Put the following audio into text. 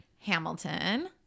Hamilton